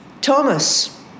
Thomas